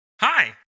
Hi